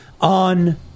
on